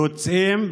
יוצאים,